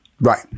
Right